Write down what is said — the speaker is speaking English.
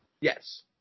Yes